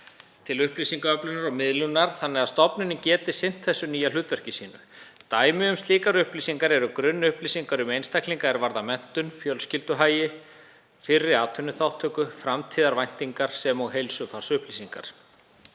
til upplýsingaöflunar og miðlunar þannig að stofnunin geti sinnt þessu nýja hlutverki sínu. Dæmi um slíkar upplýsingar eru grunnupplýsingar um einstaklinga er varðar menntun, fjölskylduhagi, fyrri atvinnuþátttöku, framtíðarvæntingar sem og heilsufarsupplýsingar.